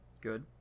good